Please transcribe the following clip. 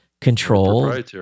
control